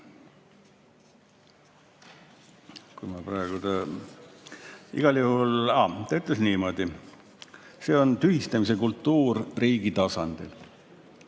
see on tühistamise kultuur riigi tasandil.